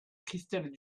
christelle